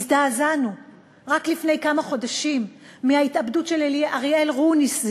הזדעזענו רק לפני כמה חודשים מההתאבדות של אריאל רוניס,